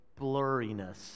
blurriness